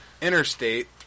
interstate